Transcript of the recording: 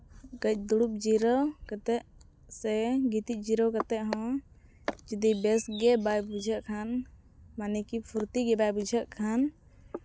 ᱠᱟᱹᱡ ᱫᱩᱲᱩᱵ ᱡᱤᱨᱟᱹᱣ ᱠᱟᱛᱮᱫ ᱥᱮ ᱜᱤᱛᱤᱡ ᱡᱤᱨᱟᱹᱣ ᱠᱟᱛᱮᱫ ᱦᱚᱸ ᱡᱩᱫᱤ ᱵᱮᱥᱜᱮ ᱵᱟᱭ ᱵᱩᱡᱷᱟᱹᱜ ᱠᱷᱟᱱ ᱢᱟᱱᱮ ᱠᱤ ᱯᱷᱩᱨᱛᱤᱜᱮ ᱵᱟᱭ ᱵᱩᱡᱷᱟᱹᱜ ᱠᱷᱟᱱ